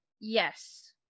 Yes